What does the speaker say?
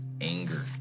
Anger